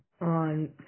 on